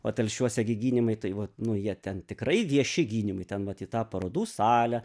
o telšiuose gi gynimai tai vat nu jie ten tikrai vieši gynimai ten vat į tą parodų salę